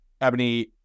Ebony